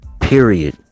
period